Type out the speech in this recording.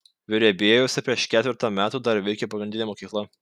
verebiejuose prieš ketvertą metų dar veikė pagrindinė mokykla